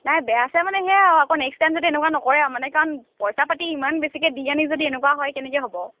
নাই বেয়া চেয়া মানে সেয়া আৰু আকৌ নেক্স টাইম যদি এনেকুৱা নকৰে আৰু মানে কাৰণ পইচা পাতি ইমান বেছিকৈ দি আনি যদি এনেকুৱা হয় কেনেকৈ হ'ব